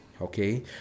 okay